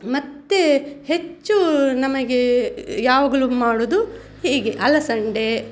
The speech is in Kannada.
ಮತ್ತೆ ಹೆಚ್ಚು ನಮಗೆ ಯಾವಾಗಲು ಮಾಡೋದು ಹೀಗೆ ಅಲಸಂಡೆ